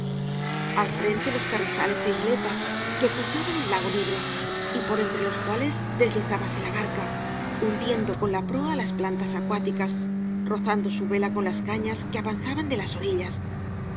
al frente los carrizales é isíetas que ocultaban el lago libre y por entre los cuales deslizábase la barca hundiendo con la proa las plantas acuáticas rozando bu vela con las cañas que avanzaban de las orillas